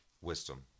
wisdom